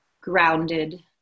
grounded